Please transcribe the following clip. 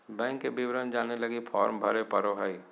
bank के विवरण जाने लगी फॉर्म भरे पड़ो हइ